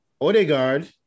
Odegaard